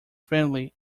friendly